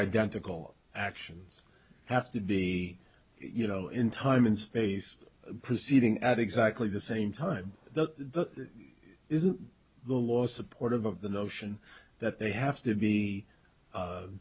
identical actions have to be you know in time and space proceeding at exactly the same time the isn't the law supportive of the notion that they have to be